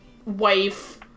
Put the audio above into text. wife